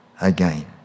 again